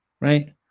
right